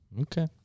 Okay